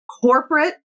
Corporate